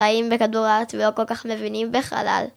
חיים בכדור הארץ ולא כל כך מבינים בחלל.